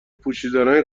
پوشیدنای